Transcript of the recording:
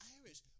Irish